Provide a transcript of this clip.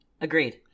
Agreed